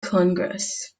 congress